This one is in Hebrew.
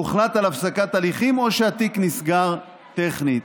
הוחלט על הפסקת הליכים, או שהתיק נסגר טכנית.